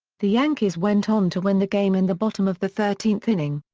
the yankees went on to win the game in the bottom of the thirteenth inning.